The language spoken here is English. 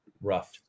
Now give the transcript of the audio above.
Rough